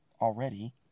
already